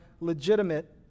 legitimate